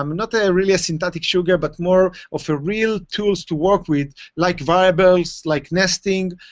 um not really a synthetic sugar but more of ah real tools to work with, like variables, like nesting,